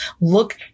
look